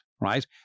right